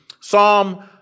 Psalm